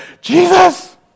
Jesus